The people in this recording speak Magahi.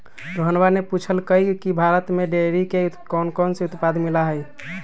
रोहणवा ने पूछल कई की भारत में डेयरी के कौनकौन से उत्पाद मिला हई?